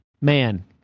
man